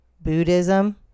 buddhism